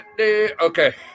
okay